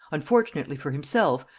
unfortunately for himself,